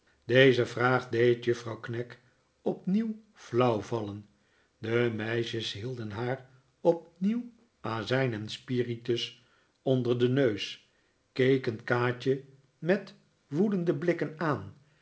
deze vraag deed juffrouw knag opnieuw flauw vallen de meisjes hielden haar opnieuw azijn en spiritus onder den neus keken kaatje met woedende blikken aan